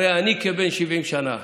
אמר: הרי אני כבן 70 שנה.